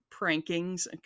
prankings